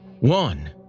One